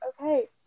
Okay